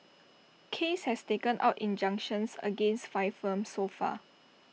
case has taken out injunctions against five firms so far